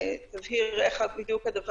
אבל קודם כול הנתונים שלבסיסם החלטתם ללכת על הדבר